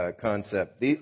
concept